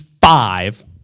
five